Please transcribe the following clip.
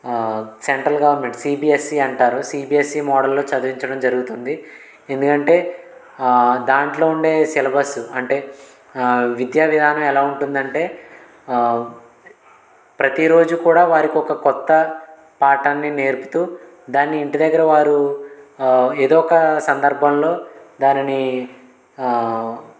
central government CBSE అంటారు CBSE మోడల్లో చదివించడం జరుగుతుంది ఎందుకంటే దాంట్లో ఉండే సిలబస్ అంటే విద్యా విధానం ఎలా ఉంటుందంటే ప్రతిరోజు కూడా వారికి ఒక కొత్త పాఠాన్ని నేర్పుతూ దాన్ని ఇంటి దగ్గర వారు ఏదో ఒక సందర్భంలో దానిని